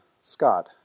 Scott